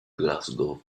glasgow